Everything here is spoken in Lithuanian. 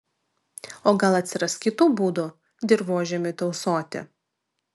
o gal atsiras kitų būdų dirvožemiui tausoti